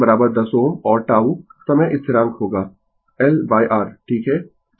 तो RThevenin 10 Ω और τ समय स्थिरांक होगा L R ठीक है